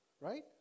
Right